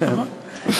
נכון?